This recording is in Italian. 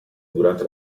durante